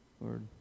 Lord